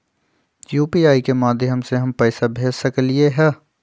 UPI के माध्यम से हम पैसा भेज सकलियै ह?